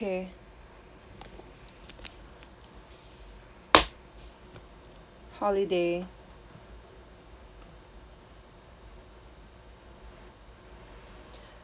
K holiday